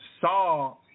saw